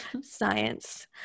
Science